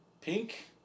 pink